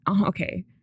okay